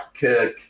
Kirk